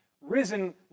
risen